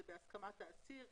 זה בהסכמת העציר,